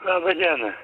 laba diena